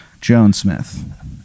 Jones-Smith